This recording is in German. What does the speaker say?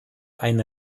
eine